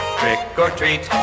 trick-or-treat